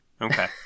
Okay